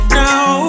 now